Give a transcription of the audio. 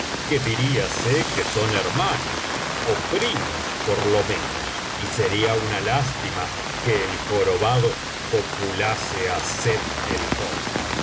que diriase que son hermanos ó primos por lo menos y sería una lástima que el jorobado copulase á sett